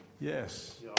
Yes